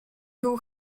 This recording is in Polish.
był